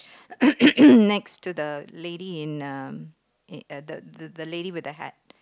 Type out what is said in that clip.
next to the lady in um in the the the lady with the hat